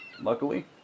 Luckily